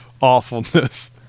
awfulness